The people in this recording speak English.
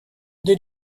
did